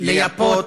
לייפות,